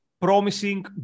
promising